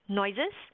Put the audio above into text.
noises